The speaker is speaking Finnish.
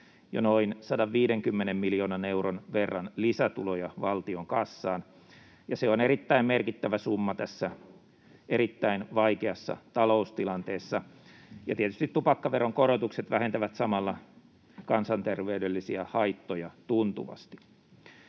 jo noin 150 miljoonan euron verran lisätuloja valtion kassaan, ja se on erittäin merkittävä summa tässä erittäin vaikeassa taloustilanteessa. Ja tietysti tupakkaveron korotukset vähentävät samalla kansanterveydellisiä haittoja tuntuvasti.